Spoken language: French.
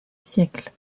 siècle